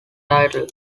title